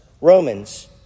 Romans